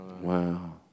Wow